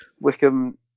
Wickham